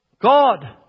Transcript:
God